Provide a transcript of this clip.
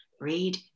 Read